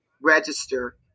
register